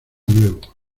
nuevo